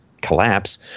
collapse